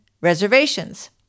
reservations